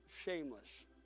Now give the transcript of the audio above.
shameless